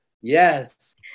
yes